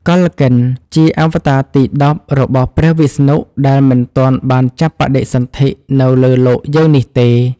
កល្កិន ជាអវតារទី១០ របស់ព្រះវិស្ណុដែលមិនទាន់បានចាប់បដិសន្ធិនៅលើលោកយើងនេះទេ។